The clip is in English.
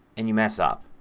and you mess up.